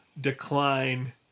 decline